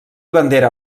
bandera